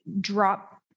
drop